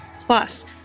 Plus